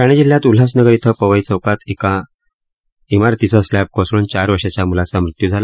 ठाणे जिल्ह्यात उल्हासनगर इथं पवई चौकात एका इमारतीचा स्लाधिकोसळून चार वर्षाच्या मुलाचा मुत्यू झाला